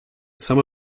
some